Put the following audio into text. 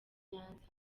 nyanza